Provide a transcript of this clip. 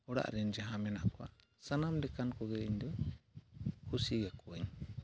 ᱚᱲᱟᱜ ᱨᱮᱱ ᱡᱟᱦᱟᱸ ᱢᱮᱱᱟᱜ ᱠᱚᱣᱟ ᱥᱟᱱᱟᱢ ᱞᱮᱠᱟᱱ ᱠᱚᱜᱮ ᱤᱧᱫᱩᱧ ᱠᱩᱥᱤᱭᱟᱠᱚᱣᱟᱹᱧ